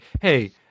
hey